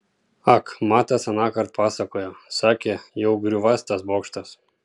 ak matas anąkart pasakojo sakė jau griūvąs tas bokštas